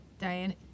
Diane